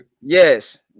Yes